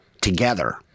Together